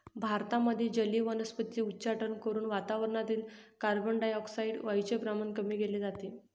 भारतामध्ये जलीय वनस्पतींचे उच्चाटन करून वातावरणातील कार्बनडाय ऑक्साईड वायूचे प्रमाण कमी केले जाते